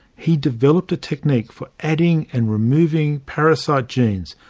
he developed a technique for adding and removing parasite genes,